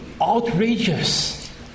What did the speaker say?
outrageous